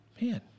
Man